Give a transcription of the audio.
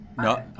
No